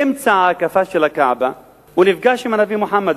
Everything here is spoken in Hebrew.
באמצע ההקפה של הכעבה הוא נפגש עם הנביא מוחמד,